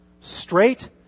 Straight